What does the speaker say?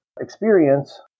experience